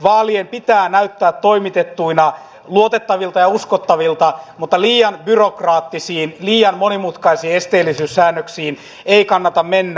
vaalien pitää näyttää toimitettuina luotettavilta ja uskottavilta mutta liian byrokraattisiin liian monimutkaisiin esteellisyyssäännöksiin ei kannata mennä